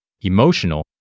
emotional